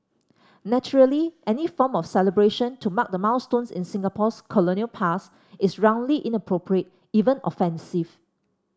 naturally any form of celebration to mark the milestones in Singapore's colonial past is roundly inappropriate even offensive